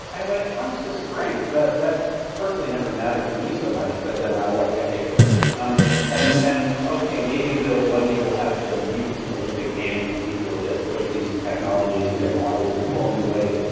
and when it comes to strength, that that personally never mattered to me so much but then i like heavy equipment um and and okay, maybe they'll one day we'll have the mutant olympic games and people will just push these technologies in their bodies in whole new ways.